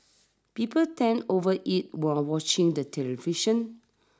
people tend overeat while watching the television